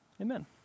Amen